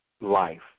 life